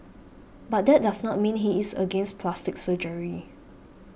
but that does not mean he is against plastic surgery